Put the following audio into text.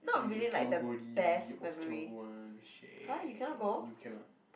you cannot go already you ops cannot go one you cannot